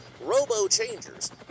Robo-Changers